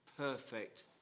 perfect